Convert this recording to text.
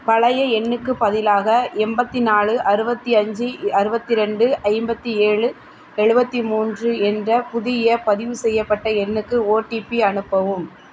பழைய எண்ணுக்குப் பதிலாக எண்பத்தி நாலு அறுபத்தி அஞ்சு அறுபத்தி ரெண்டு ஐம்பத்தி ஏழு எழுவத்தி மூன்று என்ற புதிய பதிவுசெய்யப்பட்ட எண்ணுக்கு ஓடிபி அனுப்பவும்